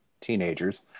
teenagers